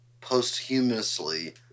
posthumously